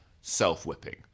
self-whipping